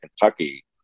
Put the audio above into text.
Kentucky